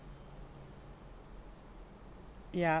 yeah